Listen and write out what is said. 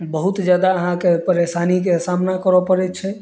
बहुत जादा अहाँके परेशानीके सामना करऽ पड़ै छै